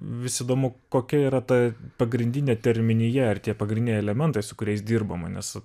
vis įdomu kokia yra ta pagrindinė terminija ar tie pagrindiniai elementai su kuriais dirbama nes